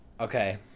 Okay